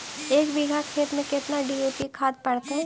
एक बिघा खेत में केतना डी.ए.पी खाद पड़तै?